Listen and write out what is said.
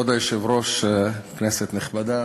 כבוד היושב-ראש, כנסת נכבדה,